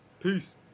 peace